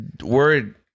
word